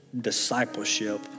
discipleship